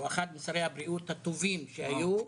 שהוא אחד משרי הבריאות הטובים שהיו פה.